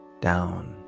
down